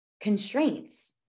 constraints